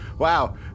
Wow